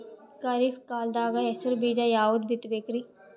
ಖರೀಪ್ ಕಾಲದಾಗ ಹೆಸರು ಬೀಜ ಯಾವದು ಬಿತ್ ಬೇಕರಿ?